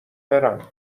برم